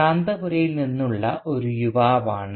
കാന്തപുരയിൽ നിന്നുള്ള ഒരു യുവാവാണ്